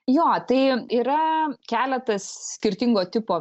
jo tai yra keletas skirtingo tipo